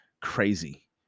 crazy